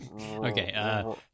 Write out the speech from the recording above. Okay